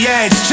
edge